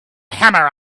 hammer